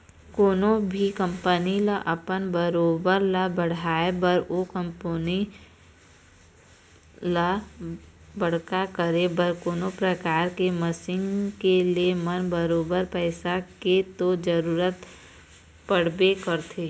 कोनो भी कंपनी ल अपन कारोबार ल बढ़ाय बर ओ कंपनी ल बड़का करे बर कोनो परकार के मसीन के ले म बरोबर पइसा के तो जरुरत पड़बे करथे